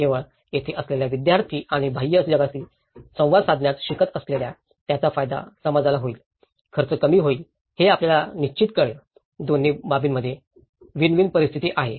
केवळ तेथे असलेला विद्यार्थी आणि बाह्य जगाशी संवाद साधण्यास शिकत असलेला याचा फायदा समाजालाही होईल खर्च कमी होईल हे आपल्याला निश्चित कळेल दोन्ही बाबींमध्ये विन विन परिस्थिती आहे